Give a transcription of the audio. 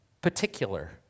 particular